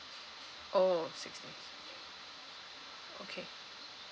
oh six days okay